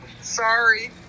Sorry